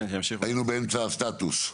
היינו באמצע הסטטוס.